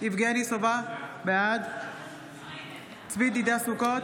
בעד צבי ידידיה סוכות,